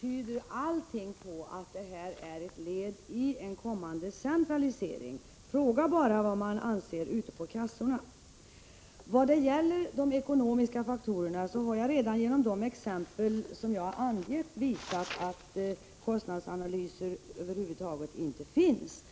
tyder allting på att det här är ett led i en kommande centralisering. Fråga bara vad man anser ute på kassorna! Vad gäller de ekonomiska faktorerna har jag redan genom de exempel som jag har angett visat att kostnadsanalyser över huvud taget inte finns.